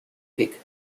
pick